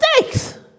mistakes